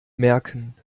merken